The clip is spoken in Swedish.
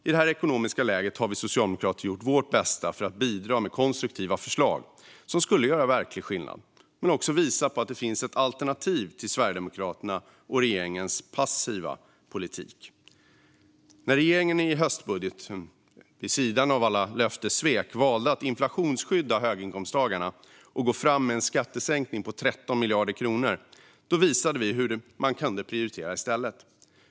I detta ekonomiska läge har vi socialdemokrater gjort vårt bästa för bidra med konstruktiva förslag som skulle göra verklig skillnad men också visa att det finns ett alternativ till Sverigedemokraternas och regeringens passiva politik. När regeringen i höstbudgeten, vid sidan av alla löftessvek, valde att inflationsskydda höginkomsttagarna och gå fram med en skattesänkning på 13 miljarder kronor visade vi hur vi kunde ha prioriterat i stället.